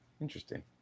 interesting